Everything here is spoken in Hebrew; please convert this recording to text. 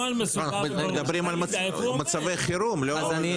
מדברים על מצבי חירום, לא?